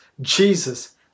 Jesus